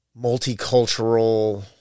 multicultural